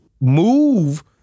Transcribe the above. move